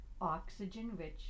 oxygen-rich